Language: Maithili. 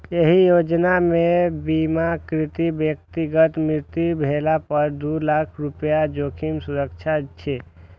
एहि योजना मे बीमाकृत व्यक्तिक मृत्यु भेला पर दू लाख रुपैया जोखिम सुरक्षा छै